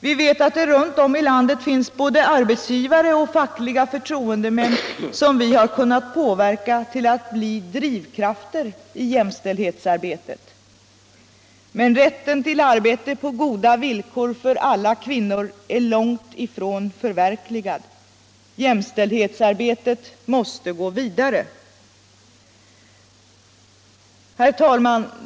Vi vet att det runt om i landet finns både arbetsgivare och fackliga förtroendemän som vi har kunnat påverka till att bli drivkrafter i jämställdhetsarbetet. Men rätten till arbete på goda villkor för alla kvinnor är långt ifrån förverkligad. Jämställdhetsarbetet måste gå vidare.